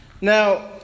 Now